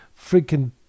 freaking